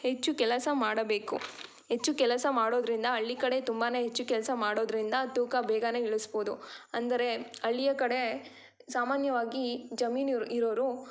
ಹೆಚ್ಚು ಕೆಲಸ ಮಾಡಬೇಕು ಹೆಚ್ಚು ಕೆಲಸ ಮಾಡೋದ್ರಿಂದ ಹಳ್ಳಿ ಕಡೆ ತುಂಬನೇ ಹೆಚ್ಚು ಕೆಲಸ ಮಾಡೋದ್ರಿಂದ ತೂಕ ಬೇಗನೇ ಇಳಿಸ್ಬೋದು ಅಂದರೆ ಹಳ್ಳಿಯ ಕಡೆ ಸಾಮಾನ್ಯವಾಗಿ ಜಮೀನು ಇರೋರು